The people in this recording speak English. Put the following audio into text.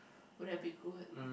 will that be good